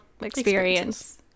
experience